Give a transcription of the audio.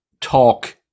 talk